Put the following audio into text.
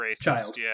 child